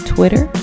Twitter